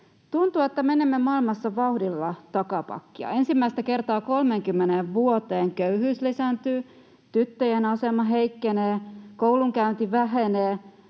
Tuntuu, että menemme maailmassa vauhdilla takapakkia. Ensimmäistä kertaa 30 vuoteen köyhyys lisääntyy, tyttöjen asema heikkenee, koulunkäynti vähenee,